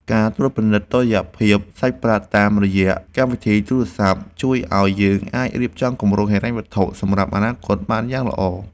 ការត្រួតពិនិត្យតុល្យភាពសាច់ប្រាក់តាមរយៈកម្មវិធីទូរស័ព្ទជួយឱ្យយើងអាចរៀបចំគម្រោងហិរញ្ញវត្ថុសម្រាប់អនាគតបានយ៉ាងល្អ។